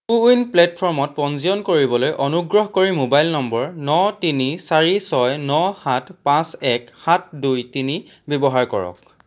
কো win প্লে'টফৰ্মত পঞ্জীয়ন কৰিবলৈ অনুগ্ৰহ কৰি মোবাইল নম্বৰ ন তিনি চাৰি ছয় ন সাত পাঁচ এক সাত দুই তিনি ব্যৱহাৰ কৰক